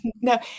No